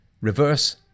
reverse